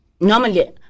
normally